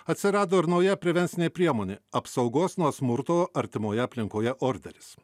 atsirado ir nauja prevencinė priemonė apsaugos nuo smurto artimoje aplinkoje orderis